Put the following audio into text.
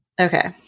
okay